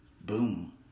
Boom